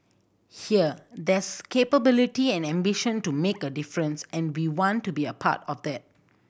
here there's capability and ambition to make a difference and we want to be a part of that